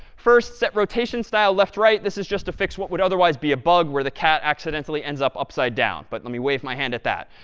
first set, rotation style, left, right. this is just a fix what would otherwise be a bug where the cat accidentally ends up upside down. but let me wave my hand at that.